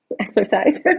Exercise